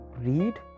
read